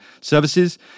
services